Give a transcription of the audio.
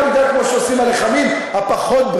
מידה שעושים על הלחמים הפחות-בריאים,